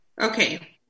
Okay